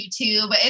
YouTube